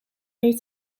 mee